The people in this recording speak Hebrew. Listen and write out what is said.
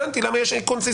הבנתי למה יש קונסיסטנטיות.